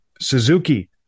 Suzuki